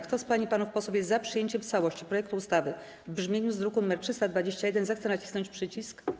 Kto z pań i panów posłów jest za przyjęciem w całości projektu ustawy w brzmieniu z druku nr 321, zechce nacisnąć przycisk.